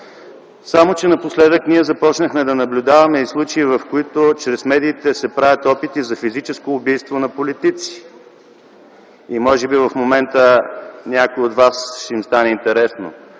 Само че напоследък ние започнахме да наблюдаваме и случаи, в които чрез медиите се правят опити за физическо убийство на политици. Може би в момента на някои от вас им стана интересно!